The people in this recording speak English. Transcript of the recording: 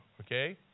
okay